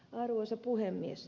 arvoisa puhemies